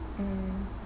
mm